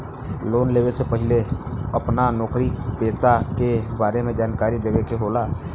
Loan लेवे से पहिले अपना नौकरी पेसा के बारे मे जानकारी देवे के होला?